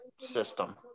system